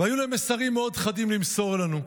והיו להם מסרים מאוד חדים למסור לנו.